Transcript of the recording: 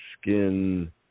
skin